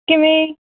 ਕਿਵੇਂ